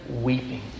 weeping